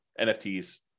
NFTs